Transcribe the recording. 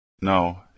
No